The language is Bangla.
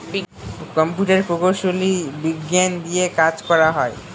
কম্পিউটারের প্রকৌশলী বিজ্ঞান দিয়ে কাজ করা হয়